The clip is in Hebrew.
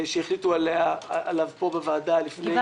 שהחליטו עליו פה בוועדה בסוף 2016,